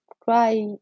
cry